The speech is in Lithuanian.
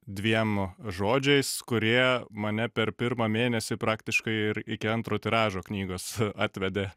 dviem žodžiais kurie mane per pirmą mėnesį praktiškai ir iki antro tiražo knygos atvedė